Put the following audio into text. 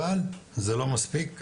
אבל זה לא מספיק,